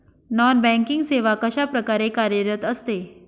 Non banking सेवा कशाप्रकारे कार्यरत असते?